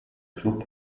klub